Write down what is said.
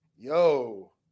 Yo